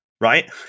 right